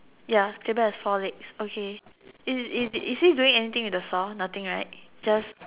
ya table has four legs okay is is is he doing anything with the saw nothing right just